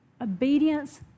Obedience